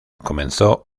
comenzó